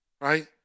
Right